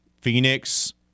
Phoenix